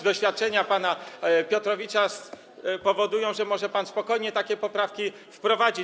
Doświadczenia pana Piotrowicza powodują, że może pan spokojnie takie poprawki wprowadzić.